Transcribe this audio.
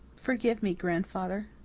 forgive me, grandfather,